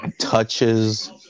Touches